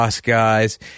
guys